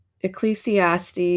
Ecclesiastes